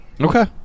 Okay